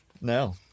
No